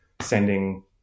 sending